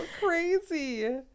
crazy